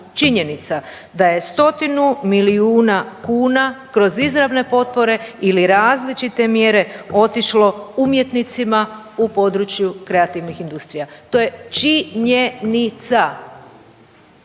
činjenica da je 100 milijuna kuna kroz izravne potpore ili različite mjere otišlo umjetnicima u području kreativnih industrija, to je činjenica